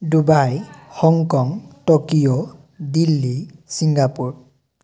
Dubai Hong Kong Tokyo Delhi Singapore